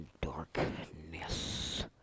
darkness